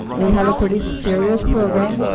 we have a pretty serious program.